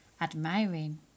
admiring